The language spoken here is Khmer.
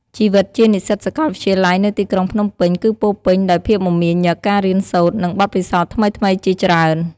ជីវិតជានិស្សិតសាកលវិទ្យាល័យនៅទីក្រុងភ្នំពេញ គឺពោរពេញដោយភាពមមាញឹក ការរៀនសូត្រ និងបទពិសោធន៍ថ្មីៗជាច្រើន។